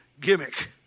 gimmick